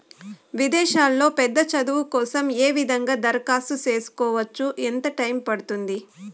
విదేశాల్లో పెద్ద చదువు కోసం ఏ విధంగా దరఖాస్తు సేసుకోవచ్చు? ఎంత టైము పడుతుంది?